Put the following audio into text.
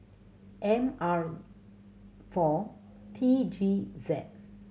M R four T G Z